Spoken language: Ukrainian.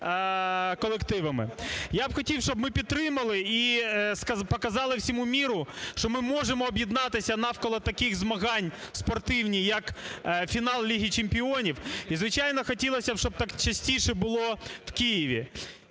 Я хотів би, щоб ми підтримали і показали всему миру, що ми можемо об'єднатися навколо таких змагань спортивних, як фінал Ліги чемпіонів. І звичайно, хотілося, щоб так частіше було в Києві.